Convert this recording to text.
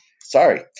Sorry